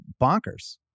bonkers